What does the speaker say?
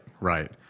right